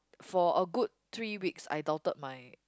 for a good three weeks I doubted my